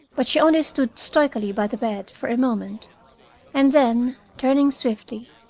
but she only stood stoically by the bed for a moment and then, turning swiftly,